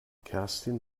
kerstin